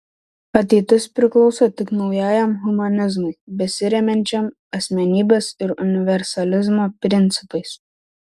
ateitis priklauso tik naujajam humanizmui besiremiančiam asmenybės ir universalizmo principais